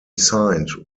signed